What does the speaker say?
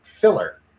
filler